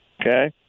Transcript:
okay